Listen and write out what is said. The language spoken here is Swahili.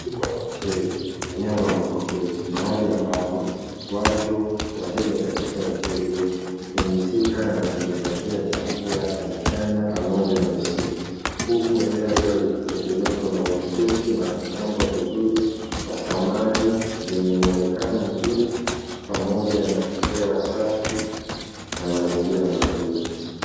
Jengo kubwa la hoteli eneo la mapokezi mahali ambapo watu/wateja katika hoteli hiyo hupumzika na kujipatia chakula cha mchana pamoja na usiku. Huku eneo hilo likitengenezwa mahususi na kupambwa vizuri kwa samani zenye muonekano mzuri, pamoja na hewa safi na mazingira mazuri.